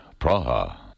Praha